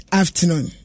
afternoon